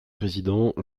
président